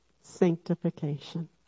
Sanctification